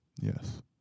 yes